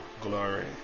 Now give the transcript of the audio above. glory